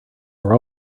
are